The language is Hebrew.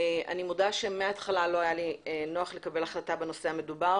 אני מודה שמהתחלה לא היה לי נוח לקבל החלטה בנושא המדובר.